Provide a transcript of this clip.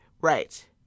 right